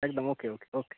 একদম okay okay ওকে